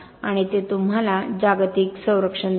आणि ते तुम्हाला जागतिक संरक्षण देते